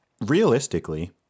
realistically